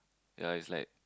ya it's like